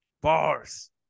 bars